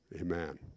amen